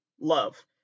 Love